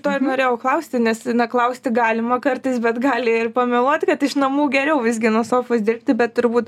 to ir norėjau klausti nes na klausti galima kartais bet gali ir pameluot kad iš namų geriau visgi nuo sofos dirbti bet turbūt